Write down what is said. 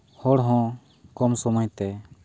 ᱦᱚᱲ ᱦᱚᱸ ᱠᱚᱢ ᱥᱚᱢᱚᱭ ᱛᱮ